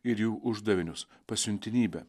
ir jų uždavinius pasiuntinybę